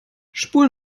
spul